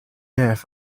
have